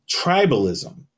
tribalism